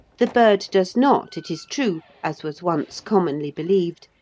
the bird does not, it is true, as was once commonly believed,